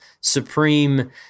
supreme